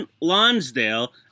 Lonsdale